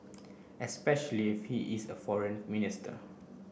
especially if he is a foreign minister